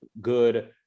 good